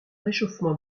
réchauffement